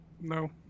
No